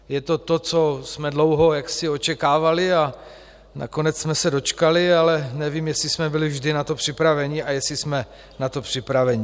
Je to to, co jsme dlouho očekávali, a nakonec jsme se toho dočkali, ale nevím, jestli jsme byli vždy na to připraveni a jestli jsme na to připraveni.